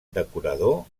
decorador